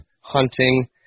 hunting